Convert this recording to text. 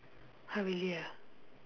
!huh! really ah